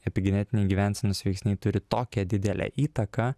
epigenetiniai gyvensenos veiksniai turi tokią didelę įtaką